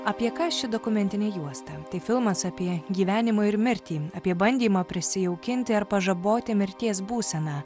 apie ką ši dokumentinė juosta tai filmas apie gyvenimą ir mirtį apie bandymą prisijaukinti ar pažaboti mirties būseną